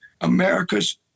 America's